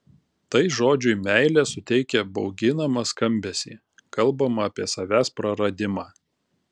tai žodžiui meilė suteikia bauginamą skambesį kalbama apie savęs praradimą